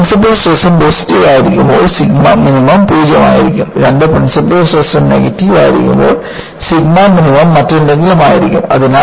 രണ്ട് principal stress ഉം positive ആയിരിക്കുമ്പോൾ സിഗ്മ മിനിമം 0 ആയിരിക്കും രണ്ട് പ്രിൻസിപ്പൾ സ്ട്രെസ് ഉം നെഗറ്റീവ് ആയിരിക്കുമ്പോൾ സിഗ്മ മിനിമം മറ്റെന്തെങ്കിലും ആയിരിക്കും